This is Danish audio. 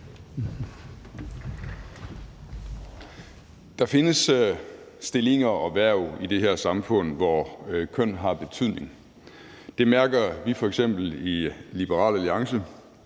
Der findes stillinger og hverv i det her samfund, hvor køn har betydning. Det mærker vi f.eks. i Liberal Alliance.